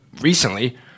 recently –